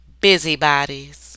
busybodies